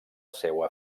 seua